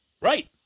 Right